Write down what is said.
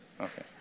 Okay